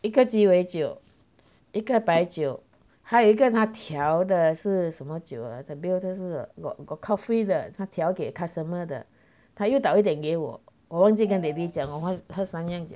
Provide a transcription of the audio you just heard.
一个鸡尾酒一个白酒还有一个他调的是什么酒 ah the bill 是 got got coffee 的他调给 customer 的他又倒一点给我我忘记跟 david 讲我们喝三样酒